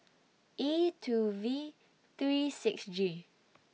E two V three six G